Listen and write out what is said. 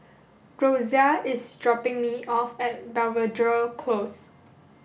Rosia is dropping me off at Belvedere Close